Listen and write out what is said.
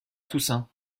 toussaint